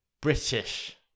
British